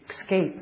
Escape